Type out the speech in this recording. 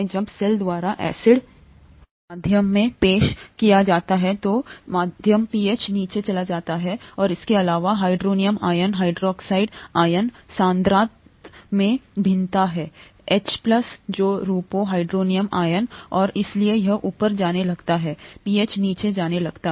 जब सेल द्वारा एसिड को मध्यम में पेश किया जाता है तो मध्यम पीएच नीचे चला जाता है इसके अलावा हाइड्रोनियम आयन हाइड्रॉक्साइड आयन सांद्रता में भिन्नता हैएच प्लस जो रूपों हाइड्रोनियम आयन और इसलिए यह ऊपर जाने लगता है पीएच नीचे जाने लगता है